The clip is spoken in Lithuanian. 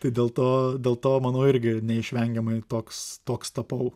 tai dėl to dėl to manau irgi neišvengiamai toks toks tapau